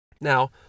Now